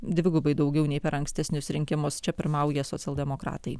dvigubai daugiau nei per ankstesnius rinkimus čia pirmauja socialdemokratai